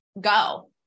go